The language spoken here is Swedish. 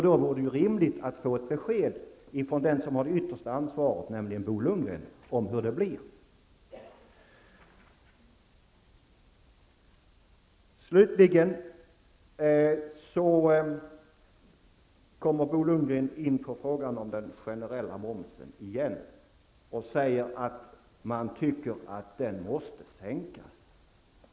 Då vore det rimligt att få ett besked från den som har det yttersta ansvaret, nämligen Bo Lundgren, om hur det blir. Slutligen kommer Bo Lundgren återigen in på frågan om den generella momsen och säger att man tycker att denna måste sänkas.